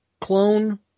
clone